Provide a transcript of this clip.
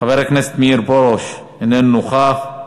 חבר הכנסת מאיר פרוש, איננו נוכח,